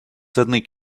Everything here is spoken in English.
suddenly